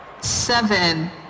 seven